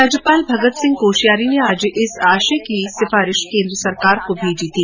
राज्यपाल भगत सिंह कोशियारी ने आज इस आशय की सिफारिश कोन्द्र सरकार को भेजी थी